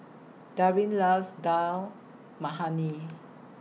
Darrin loves Dal Makhani